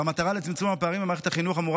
והמטרה של צמצום הפערים במערכת החינוך אמורה